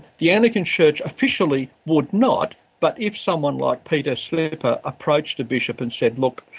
the anglican church officially would not, but if someone like peter slipper approached a bishop and said, look,